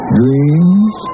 dreams